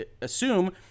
assume